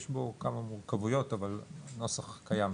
יש בו כמה מורכבויות, אבל הנוסח קיים.